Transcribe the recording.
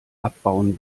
abbauen